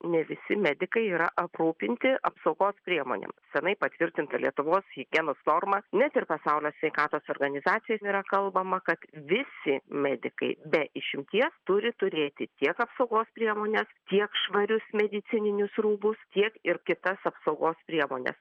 ne visi medikai yra aprūpinti apsaugos priemonėm senai patvirtinta lietuvos higienos norma net ir pasaulio sveikatos organizacijos nėra kalbama kad visi medikai be išimties turi turėti tiek apsaugos priemones tiek švarius medicininius rūbus tiek ir kitas apsaugos priemones